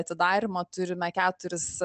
atidarymo turime keturis